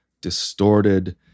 distorted